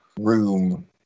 room